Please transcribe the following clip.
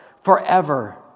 forever